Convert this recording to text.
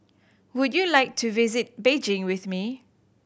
would you like to visit Beijing with me